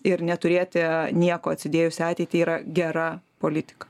ir neturėti nieko atsidėjus į ateitį yra gera politika